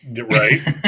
right